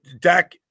Dak